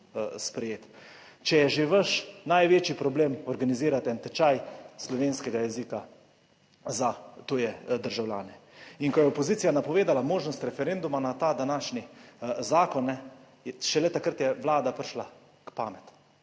sprejeti, če je že vaš največji problem organizirati en tečaj slovenskega jezika za tuje državljane. In ko je opozicija napovedala možnost referenduma na ta današnji zakon, je šele takrat je Vlada prišla k pameti.